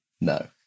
no